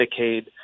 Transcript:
Medicaid